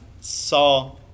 saw